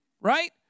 Right